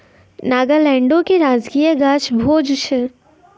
नागालैंडो के राजकीय गाछ भोज छै